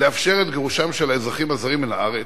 לאפשר את גירושם של האזרחים הזרים מן הארץ,